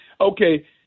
okay